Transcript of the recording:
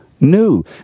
New